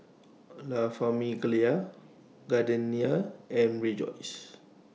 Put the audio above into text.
La Famiglia Gardenia and Rejoice